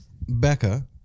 Becca